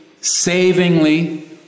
savingly